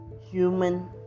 human